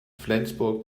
flensburg